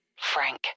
Frank